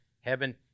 heaven